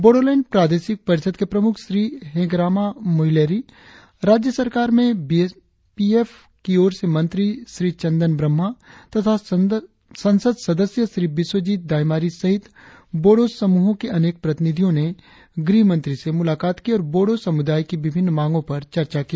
बोड़ोलैंड प्रादेशिक परिषद के प्रमुख श्री हेगरामा मुहिलैरी राज्य सरकार में बीपीएफ की ओर से मंत्री श्री चंदन ब्रहमा तथा संसद सदस्य श्री बिस्वाजीत डाइमारी सहित बोड़ो समूहों के अनेक प्रतिनिधियो ने भी गुहमंत्री से सप्ताह के अंत में मुलाकात की और बोड़ो समुदाय की विभिन्न मांगो पर चर्चा की